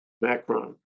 Macron